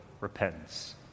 repentance